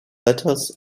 letters